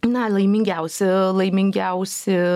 na laimingiausi laimingiausi